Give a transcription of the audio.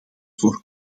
voor